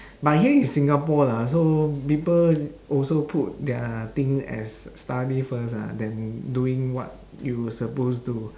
but here is singapore lah so people also put their thing as study first ah then doing what you suppose to